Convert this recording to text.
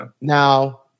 Now